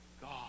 God